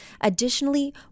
Additionally